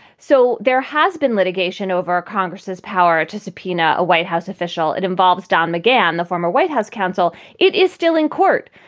so there has been litigation over congress's power to subpoena a white house official. it involves don mcgann, the former white house counsel. it is still in court.